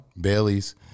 Bailey's